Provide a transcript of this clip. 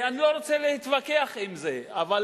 אני לא רוצה להתווכח עם זה, אבל,